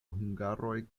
hungaroj